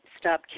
stop